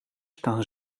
staan